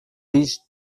riches